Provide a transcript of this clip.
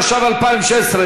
התשע"ו 2016,